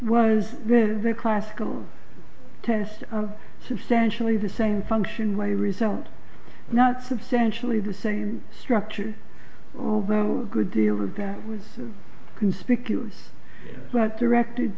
was the classical test of substantially the same function why result not substantially the same structure although good deal of that was conspicuous but directed